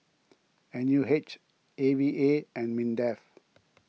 N U H A V A and Mindef